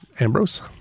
Ambrose